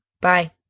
Bye